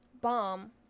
bomb